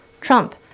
Trump